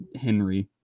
Henry